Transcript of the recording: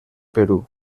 perú